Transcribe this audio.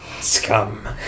Scum